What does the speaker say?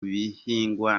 bihingwa